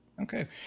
Okay